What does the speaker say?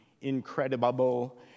incredible